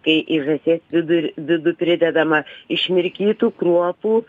kai į žąsies vidur vidų pridedama išmirkytų kruopų